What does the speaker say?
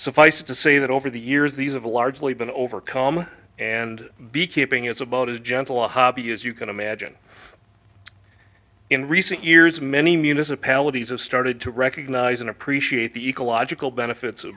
suffice to say that over the years these of largely been overcome and beekeeping is about as gentle a hobby as you can imagine in recent years many municipalities of started to recognize and appreciate the ecological benefits